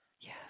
Yes